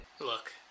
Look